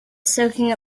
soaking